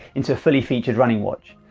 into a fully featured running watch.